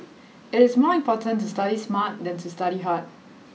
it is more important to study smart than to study hard